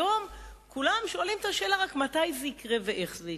היום כולם שואלים את השאלה מתי זה יקרה ואיך זה יקרה.